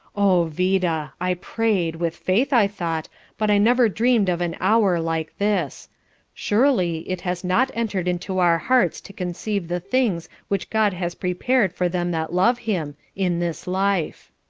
oh, vida! i prayed with faith, i thought but i never dreamed of an hour like this surely it has not entered into our hearts to conceive the things which god has prepared for them that love him in this life